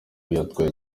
yatwaye